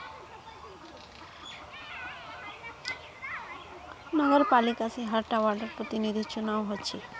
नगरपालिका से हर टा वार्डर प्रतिनिधिर चुनाव होचे